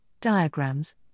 diagrams